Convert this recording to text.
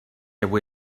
avui